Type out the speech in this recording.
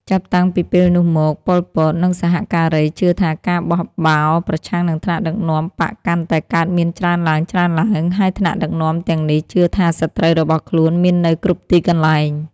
ចាប់តាំងពីពេលនោះមក ប៉ុល ពត និងសហការីជឿថាការបះបោរប្រឆាំងនឹងថ្នាក់ដឹកនាំបក្សកាន់តែកើតមានច្រើនឡើងៗ ហើយថ្នាក់ដឹកនាំទាំងនេះជឿថាសត្រូវរបស់ខ្លួនមាននៅគ្រប់ទីកន្លែង។